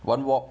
one wok